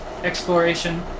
Exploration